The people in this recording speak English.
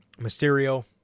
Mysterio